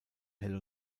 hell